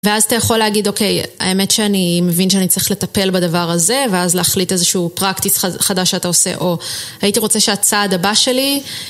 ואז אתה יכול להגיד אוקיי, האמת שאני מבין שאני צריך לטפל בדבר הזה ואז להחליט איזשהו practice חדש שאתה עושה או הייתי רוצה שהצעד הבא שלי